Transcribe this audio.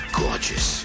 gorgeous